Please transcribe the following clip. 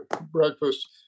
Breakfast